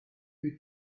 fydd